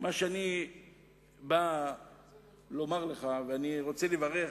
אני רוצה לברך